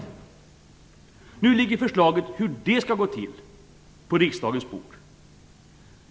Nu ligger förslaget om hur det skall gå till på riksdagens bord.